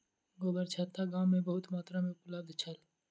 गोबरछत्ता गाम में बहुत मात्रा में उपलब्ध छल